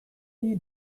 you